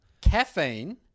Caffeine